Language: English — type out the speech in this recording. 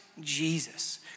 Jesus